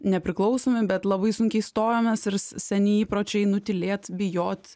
nepriklausomi bet labai sunkiai stojomės ir seni įpročiai nutylėt bijot